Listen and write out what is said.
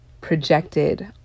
projected